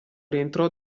rientrò